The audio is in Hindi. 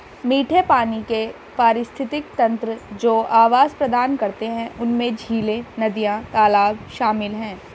मीठे पानी के पारिस्थितिक तंत्र जो आवास प्रदान करते हैं उनमें झीलें, नदियाँ, तालाब शामिल हैं